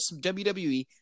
WWE